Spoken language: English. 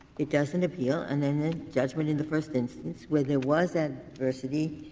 it doesn't appeal and then the judgment in the first instance where there was and adversity